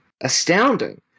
astounding